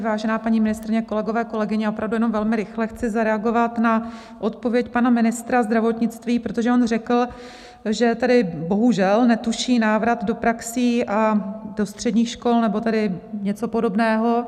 Vážená paní ministryně, kolegové, kolegyně, opravdu jen velmi rychle chci zareagovat na odpověď pana ministra zdravotnictví, protože on řekl, že tedy bohužel netuší návrat do praxí a do středních škol nebo tedy něco podobného.